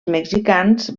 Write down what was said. mexicans